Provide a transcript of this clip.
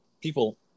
people